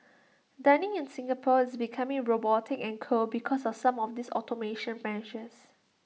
dining in Singapore is becoming robotic and cold because of some of these automation measures